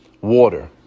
water